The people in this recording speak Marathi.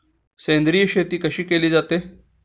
सेंद्रिय शेती कशी केली जाते?